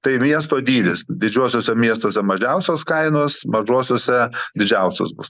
tai miesto dydis didžiuosiuose miestuose mažiausios kainos mažuosiuose didžiausios bus